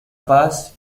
paz